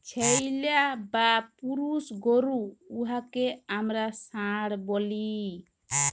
ছেইল্যা বা পুরুষ গরু উয়াকে আমরা ষাঁড় ব্যলি